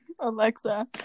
alexa